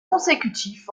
consécutifs